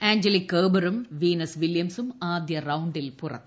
Angelique ് കെർബറും Venus വിലൃംസും ആദ്യ റൌണ്ടിൽ പുറത്ത്